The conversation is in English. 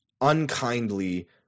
unkindly